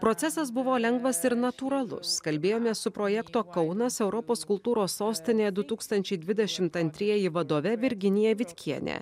procesas buvo lengvas ir natūralus kalbėjomės su projekto kaunas europos kultūros sostinė du tūkstančiai dvidešimt antrieji vadove virginija vitkiene